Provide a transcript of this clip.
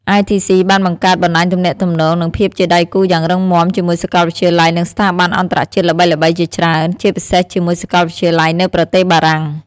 ITC បានបង្កើតបណ្តាញទំនាក់ទំនង និងភាពជាដៃគូយ៉ាងរឹងមាំជាមួយសាកលវិទ្យាល័យ និងស្ថាប័នអន្តរជាតិល្បីៗជាច្រើន ជាពិសេសជាមួយសាកលវិទ្យាល័យនៅប្រទេសបារាំង។